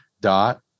dot